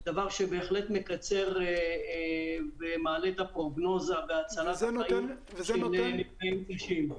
דבר שבהחלט מקצר ומעלה את הפרוגנוזה והצלת החיים של נפגעים קשים.